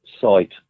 site